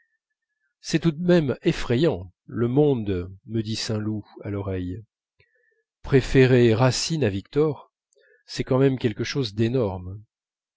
c'est tout de même effrayant le monde me dit saint loup à l'oreille préférer racine à victor hugo c'est quand même quelque chose d'énorme